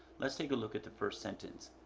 let's take a look at the first sentence.